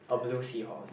a blue seahorse